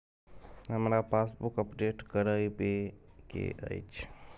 हमरा passbook update करैबे के अएछ?